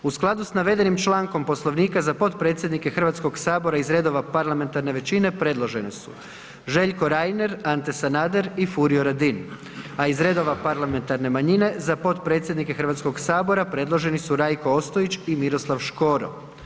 U skladu s navedenim člankom Poslovnika za potpredsjednike Hrvatskog sabora iz redova parlamentarne većine predloženi su: Željko Reiner, Ante Sanader i Furio Radin, a iz redova parlamentarne manjine za potpredsjednike Hrvatskog sabora predloženi su: Rajko Ostojić i Miroslav Škoro.